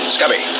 Scubby